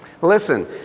Listen